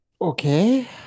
Okay